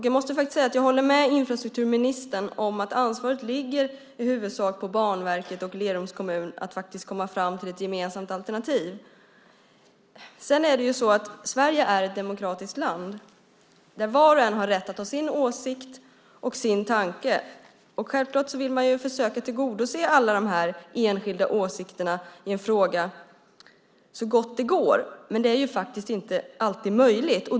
Jag håller med infrastrukturministern om att ansvaret i huvudsak ligger på Banverket och Lerums kommun att komma fram till ett gemensamt alternativ. Sverige är ett demokratiskt land där var och en har rätt att ha sin åsikt och sin tanke. Självklart vill man försöka tillgodose alla enskilda åsikter i en fråga så gott det går, men det är inte alltid möjligt.